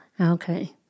Okay